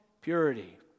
purity